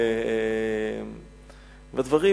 והדברים,